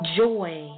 joy